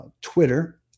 Twitter